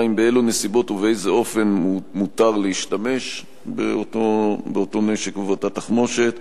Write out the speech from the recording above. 2. באילו נסיבות ובאיזה אופן מותר להשתמש באותו נשק ובאותה תחמושת?